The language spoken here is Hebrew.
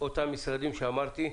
אותם משרדים שהזכרתי.